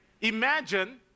Imagine